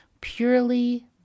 purely